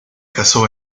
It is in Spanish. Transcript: casó